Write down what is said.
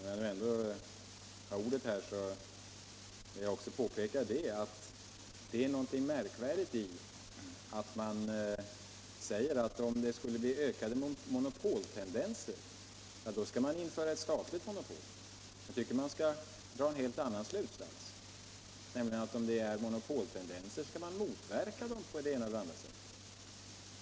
När jag ändå har ordet vill jag också påpeka att det är någonting märkvärdigt med att man säger att om det skulle bli ökade monopoltendenser, så skall man införa ett statligt monopol. Jag tycker att man skall dra en helt annan slutsats, nämligen den att om det finns monopoltendenser skall man motverka dem på det ena eller andra sättet.